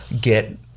get